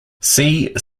see